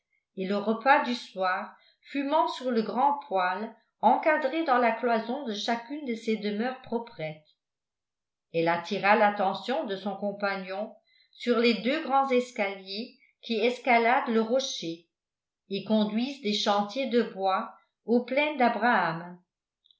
et le repas du soir fumant sur le grand poële encadré dans la cloison de chacune de ces demeures proprettes elle attira l'attention de son compagnon sur les deux grands escaliers qui escaladent le rocher et conduisent des chantiers de bois aux plaines d'abraham